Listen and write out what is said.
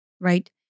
right